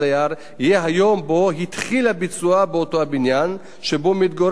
יהיה היום שבו התחיל הביצוע באותו הבניין שבו מתגורר הדייר,